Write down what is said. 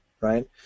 right